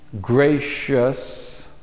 gracious